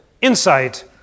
insight